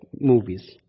movies